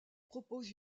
propose